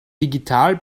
digital